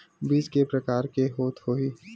बीज के प्रकार के होत होही?